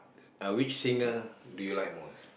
uh which singer do you like most